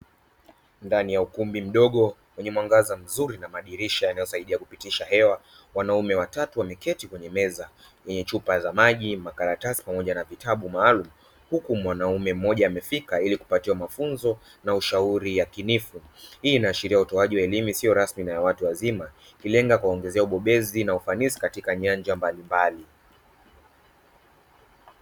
Ndani ya ukumbi mdogo wenye mwangaza mzuri na madirisha yanayosaidia kupitisha hewa, wanaume watatu wameketi kwenye meza yenye chupa za maji, makaratasi pamoja na vitabu maalumu huku mwanaume mmoja amefika ili kupatiwa mafunzo na ushauri yakinifu. Hii inaashiria utoaji wa elimu isiyo rasmi na ya watu wazima, ikilenga kuwaongezea ubobezi na ufanisi katika nyanja mbalimbali.